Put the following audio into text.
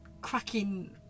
cracking